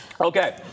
Okay